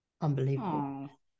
Unbelievable